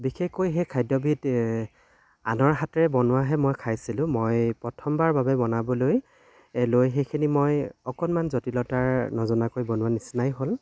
বিশেষকৈ সেই খাদ্যবিধ আনৰ হাতে বনোৱাহে মই খাইছিলোঁ মই প্ৰথমবাৰ বাবে বনাবলৈ লৈ সেইখিনি মই অকণমান জটিলতাৰ নজনাকৈ বনোৱাৰ নিচিনাই হ'ল